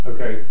Okay